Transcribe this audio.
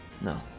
No